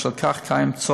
ובשל כך יש צורך